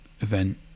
event